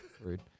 rude